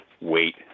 wait